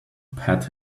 pat